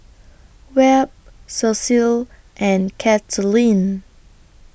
Webb Cecil and Katelynn